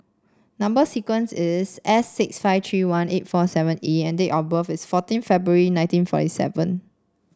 number sequence is S six five tree one eight four seven E and date of birth is fourteen February nineteen forty seven